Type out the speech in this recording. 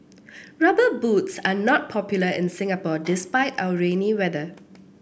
rubber boots are not popular in Singapore despite our rainy weather